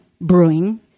brewing